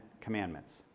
commandments